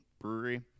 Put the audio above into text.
brewery